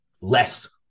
less